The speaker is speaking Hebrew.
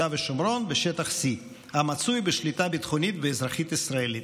ושומרון בשטח C המצוי בשליטה ביטחונית ואזרחית ישראלית.